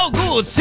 good